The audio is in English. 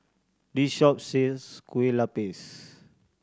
this shop sells Kueh Lupis